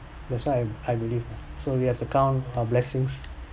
that's what I I believe lah so we have to count our blessings